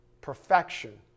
Perfection